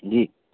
जी